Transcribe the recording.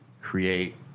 create